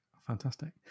Fantastic